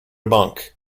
monk